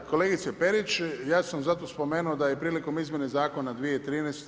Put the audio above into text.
Da, kolegice Perić, ja sam zato spomenuo da je prilikom izmjene Zakona 2013.